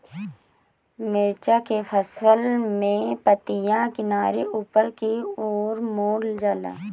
मिरचा के फसल में पतिया किनारे ऊपर के ओर मुड़ जाला?